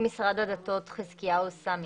נמצא נציג משרד הדתות, חזקיהו סאמין.